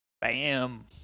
bam